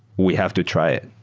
we have to try it.